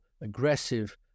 aggressive